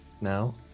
now